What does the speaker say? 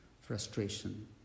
frustration